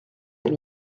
elle